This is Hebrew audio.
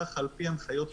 כך על פי הנחיות משרד החינוך.